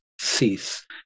cease